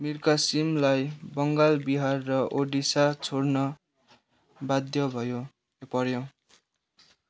मीर कासिमलाई बङ्गाल बिहार र उडिसा छोड्न बाध्य भयो ए पऱ्यो